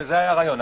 זה היה הרעיון.